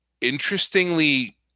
interestingly